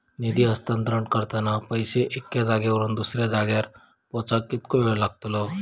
निधी हस्तांतरण करताना पैसे एक्या जाग्यावरून दुसऱ्या जाग्यार पोचाक कितको वेळ लागतलो?